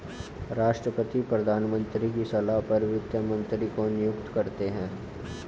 राष्ट्रपति प्रधानमंत्री की सलाह पर वित्त मंत्री को नियुक्त करते है